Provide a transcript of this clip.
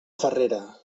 farrera